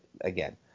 Again